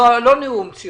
לא נאום.